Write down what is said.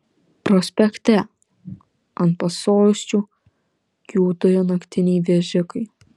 prospekte ant pasosčių kiūtojo naktiniai vežikai